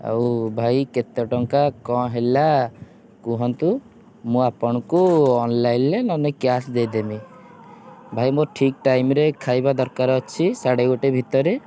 ଆଉ ଭାଇ କେତେ ଟଙ୍କା କ'ଣ ହେଲା କୁହନ୍ତୁ ମୁଁ ଆପଣଙ୍କୁ ଅନଲାଇନ୍ରେ ନହେଲେ କ୍ୟାସ୍ ଦେଇ ଦେବି ଭାଇ ମୁଁ ଠିକ୍ ଟାଇମ୍ରେ ଖାଇବା ଦରକାର ଅଛି ସାଢ଼େ ଗୋଟେ ଭିତରେ